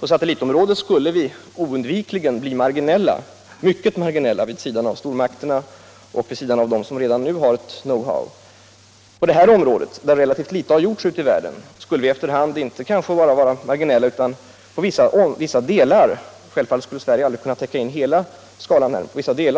På satellitområdet skulle vi oundvikligen ha blivit mycket marginella vid sidan av stormakterna och de länder som redan nu har ett know how. Men på transportmedelsområdet, där relativt litet har gjorts ute i världen, skulle vi efter hand kunna bli inte bara marginella utan när det gäller vissa delar — Sverige skulle självfallet aldrig kunna täcka in hela skalan —